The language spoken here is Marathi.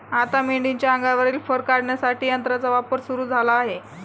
आता मेंढीच्या अंगावरील फर काढण्यासाठी यंत्राचा वापर सुरू झाला आहे